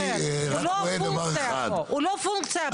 הוא לא פונקציה אבל.